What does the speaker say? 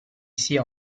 sia